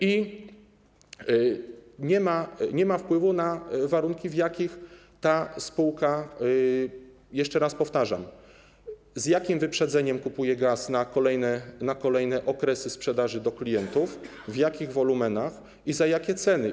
i nie ma wpływu na warunki, w jakich ta spółka, jeszcze raz powtarzam, i z jakim wyprzedzeniem, kupuje gaz na kolejne okresy sprzedaży klientom, w jakich wolumenach i za jakie ceny.